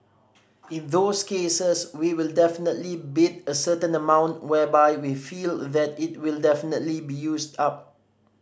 in those cases we will definitely bid a certain amount whereby we feel it will definitely be used up